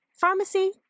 pharmacy